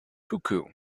cuckoo